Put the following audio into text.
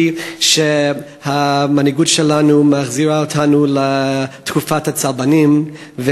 שהמנהיגות שלנו מחזירה אותנו לתקופת הצלבנים,